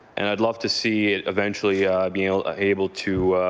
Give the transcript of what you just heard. and i would love to see it eventually being ah able to